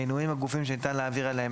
מנויים הגופים שניתן להעביר אליהם